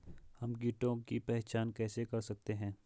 हम कीटों की पहचान कैसे कर सकते हैं?